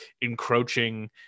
encroaching